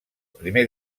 primer